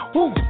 Woo